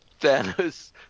Thanos